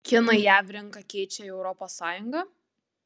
kinai jav rinką keičia į europos sąjungą